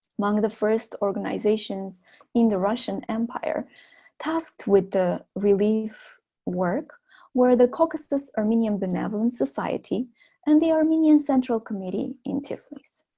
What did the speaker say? the first organizations in the russian empire tasked with the relief work were the caucasus armenian benevolent society and the armenian central committee in tiflis.